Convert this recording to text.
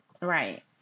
Right